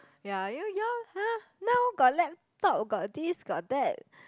ya you know you all !huh! now got laptop got this got that